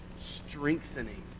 strengthening